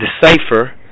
decipher